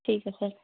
ਠੀਕ ਹੈ ਸਰ